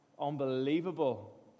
unbelievable